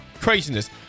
Craziness